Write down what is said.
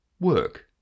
Work